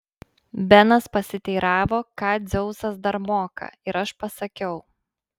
benas pasiteiravo ką dzeusas dar moka ir aš pasakiau